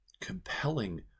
compelling